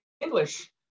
English